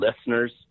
listeners